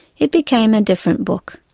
it became a different book.